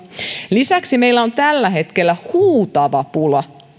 lisäksi meillä varsinkin päiväkodeilla on tällä hetkellä huutava pula